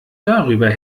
darüber